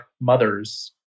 mothers